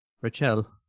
Rachel